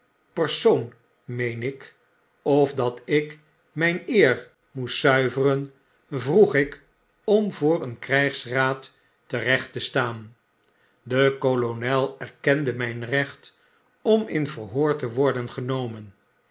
persoon meen ik of dat ik myn eer moest zuiveren vroeg v ik om voor een krygsraad terecht te staan de kolonel erkende myn recht om in verhoor te worden genomen